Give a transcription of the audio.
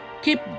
Keep